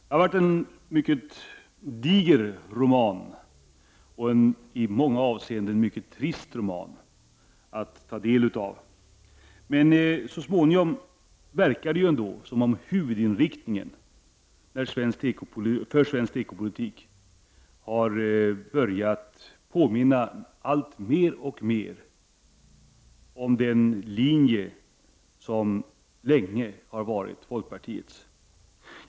Det har varit en mycket diger roman och en i många avseenden mycket trist roman att ta del av, men det verkar ändå som om huvudinriktningen för svensk tekopolitik så småningom har börjat påminna alltmer om den linje som länge har varit folkpartiets.